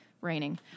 raining